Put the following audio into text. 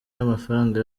y’amafaranga